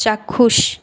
চাক্ষুষ